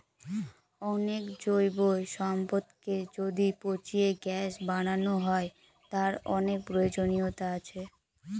অনেক জৈব সম্পদকে যদি পচিয়ে গ্যাস বানানো হয়, তার অনেক প্রয়োজনীয়তা আছে